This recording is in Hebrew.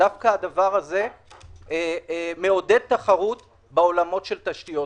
דווקא הדבר הזה מעודד תחרות בעולמות של תשתיות.